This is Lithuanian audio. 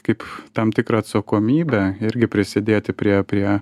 kaip tam tikrą atsakomybę irgi prisidėti prie prie